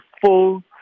full